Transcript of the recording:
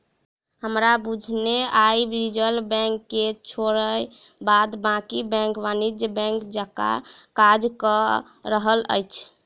हमरा बुझने आइ रिजर्व बैंक के छोइड़ बाद बाँकी बैंक वाणिज्यिक बैंक जकाँ काज कअ रहल अछि